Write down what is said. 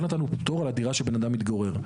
לא נתנו פטור על הדירה שבן אדם מתגורר בה.